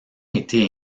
été